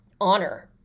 honor